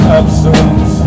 absence